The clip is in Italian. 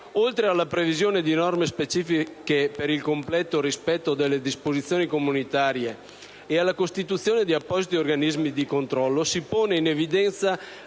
Oltre alla previsione di norme specifiche per il completo rispetto delle disposizioni comunitarie e alla costituzione di appositi organismi di controllo, si pone in evidenza